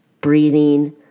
breathing